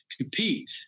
compete